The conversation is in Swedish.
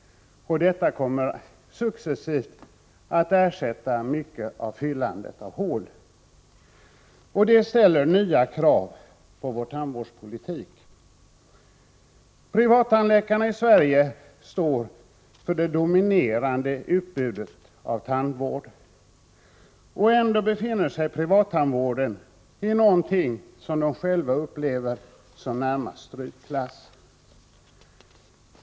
Detta kommer successivt att ersätta mycket av fyllandet av hål, och det ställer nya krav på vår tandvårdspolitik. Privattandläkarna står för det dominerande utbudet av tandvård i Sverige. Ändå befinner sig privattandvården i vad privattandläkarna själva närmast upplever som strykklass.